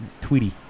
Tweety